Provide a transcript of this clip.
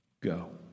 go